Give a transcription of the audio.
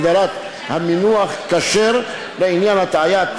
הגדרת המינוח כשר לעניין הטעיה),